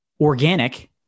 organic